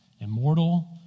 Immortal